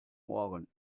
ohren